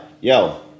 yo